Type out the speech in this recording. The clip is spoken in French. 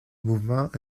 mouvement